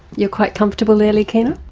you quite comfortable there, leahkhana?